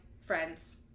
friends